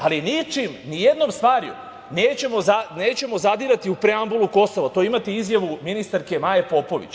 Ali ničim, nijednom stvari nećemo zadirati u preambulu Kosova, to imate izjavu ministarke Maje Popović.